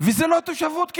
וזה לא תושבות קבע.